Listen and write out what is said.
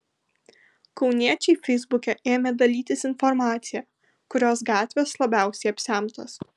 kauniečiai feisbuke ėmė dalytis informacija kurios gatvės labiausiai apsemtos